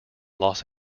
los